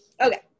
okay